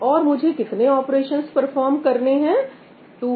और मुझे कितने ऑपरेशंस परफॉर्म करने हैं 2n3